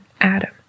Adam